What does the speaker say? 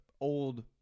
old